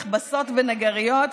מכבסות ונגריות,